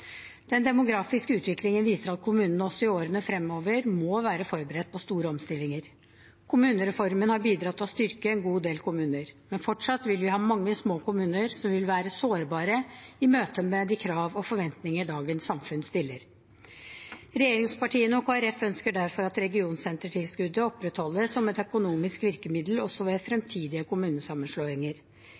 Den demografiske utviklingen viser at kommunene også i årene fremover må være forberedt på store omstillinger. Kommunereformen har bidratt til å styrke en god del kommuner, men fortsatt vil vi ha mange små kommuner som vil være sårbare i møtet med de krav og forventninger dagens samfunn stiller. Regjeringspartiene og Kristelig Folkeparti ønsker derfor at regionsentertilskuddet opprettholdes som et økonomisk virkemiddel også ved fremtidige kommunesammenslåinger,